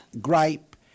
Gripe